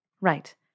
Right